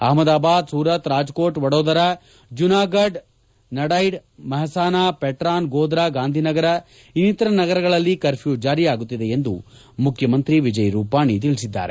ಅಹಮದಾಬಾದ್ ಸೂರತ್ ರಾಜ್ಕೋಟ್ ವಡೋದರ ಜುನಾಫಡ ನಡೈಡ್ ಮೆಹಸಾನಾ ಪಟಾನ್ ಗೋಧ್ರಾ ಗಾಂಧೀನಗರ ಇನಿತರ ನಗರಗಳಲ್ಲಿ ಕರ್ಫ್ಲೂ ಜಾರಿಯಾಗುತ್ತಿದೆ ಎಂದು ಮುಖ್ಯಮಂತ್ರಿ ವಿಜಯ್ ರೂಪಾನಿ ತಿಳಿಸಿದ್ದಾರೆ